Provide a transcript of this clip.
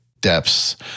depths